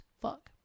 Fuck